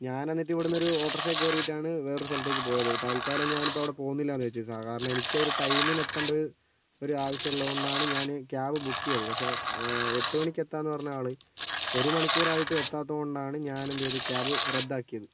ഞാൻ എന്നിട്ട് ഇവിടുന്ന് ഒരു ഓട്ടോറിക്ഷയിൽ കയറിയിട്ടാണ് വേറെ ഒരു സ്ഥലത്തേക്ക് പോയത് തൽക്കാലം ഞാൻ ഇപ്പോൾ അവിടെ പോകുന്നില്ല എന്ന് വെച്ചു സാധാരണ എനിക്ക് ഒരു ടൈമിന് എത്തേണ്ടത് ഒരു ആവശ്യം ഉള്ളത് കൊണ്ട് ആണ് ഞാന് ക്യാബ് ബുക്ക് ചെയ്തത് പക്ഷേ എട്ട് മണിക്ക് എത്താമെന്ന് പറഞ്ഞ ആള് ഒരു മണിക്കൂറ് ആയിട്ടും എത്താത്തത് കൊണ്ടാണ് ഞാൻ എന്ത് ചെയ്തത് ക്യാബ് റദ്ദാക്കിയത്